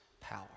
power